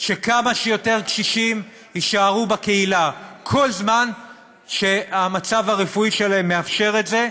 שכמה שיותר קשישים יישארו בקהילה כל זמן שהמצב הרפואי שלהם מאפשר את זה,